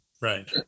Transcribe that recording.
right